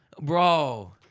Bro